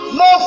no